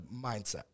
mindset